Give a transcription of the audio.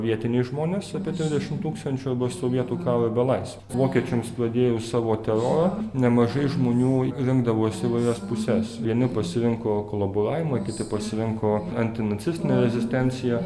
vietiniai žmonės apie trisdešimt tūkstančių arba sovietų karo belaisvių vokiečiams pradėjus savo terorą nemažai žmonių rinkdavosi įvairias puses vieni pasirinko kolaboravimą kiti pasirinko antinacistinę rezistenciją